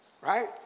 right